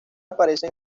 aparece